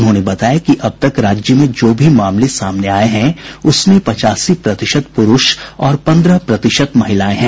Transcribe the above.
उन्होंने बताया कि अब तक राज्य में जो भी मामले सामने आये हैं उसमें पचासी प्रतिशत पुरूष और पन्द्रह प्रतिशत महिलाएं हैं